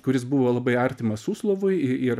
kuris buvo labai artimas suslovui ir